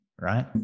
right